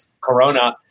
Corona